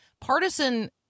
Partisan